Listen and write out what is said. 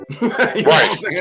Right